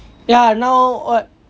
ya now what